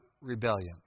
rebellion